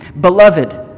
Beloved